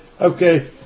Okay